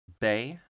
Bay